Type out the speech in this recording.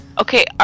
Okay